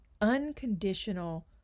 unconditional